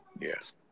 Yes